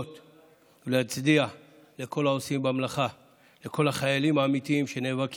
בוועדות לעיתים הנושאים עולים